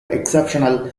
exceptional